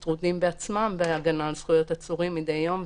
הם טרודים בהגנה על זכויות עצורים מדי יום,